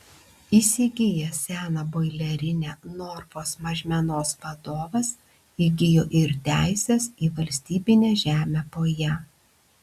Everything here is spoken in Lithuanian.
įsigijęs seną boilerinę norfos mažmenos vadovas įgijo ir teises į valstybinę žemę po ja